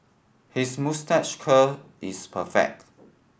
his moustache curl is perfect